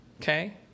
okay